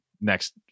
next